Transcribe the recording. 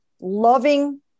loving